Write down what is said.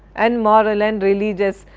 and moral and religious.